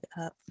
up